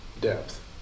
depth